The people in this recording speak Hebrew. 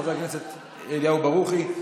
חבר הכנסת אליהו ברוכי,